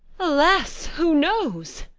alas, who knows?